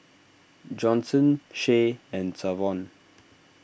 Johnson Shay and Savon